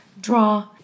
draw